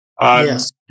Yes